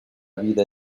vida